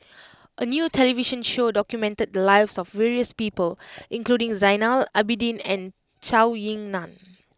a new television show documented the lives of various people including Zainal Abidin and Zhou Ying Nan